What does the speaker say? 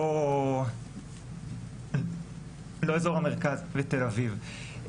לא באזור המרכז ותל אביב.